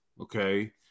okay